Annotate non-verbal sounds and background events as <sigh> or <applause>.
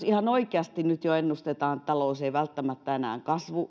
<unintelligible> ihan oikeasti nyt jo ennustetaan että talous ei välttämättä enää